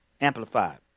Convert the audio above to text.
Amplified